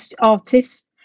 artists